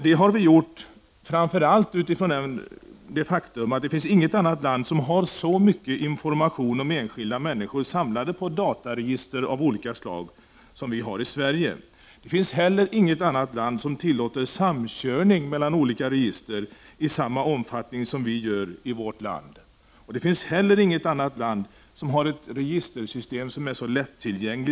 Det har vi gjort framför allt utifrån det faktum att inget annat land har så mycket information om enskilda människor samlade på dataregister av olika slag som vi i Sverige har. Inget annat land tillåter heller samkörning mellan olika register i så stor omfattning som vi gör i vårt land. Dessutom har inte heller något annat land ett så lättillgängligt registersystem som det svenska.